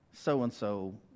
so-and-so